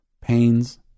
Pains